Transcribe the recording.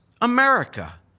America